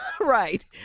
Right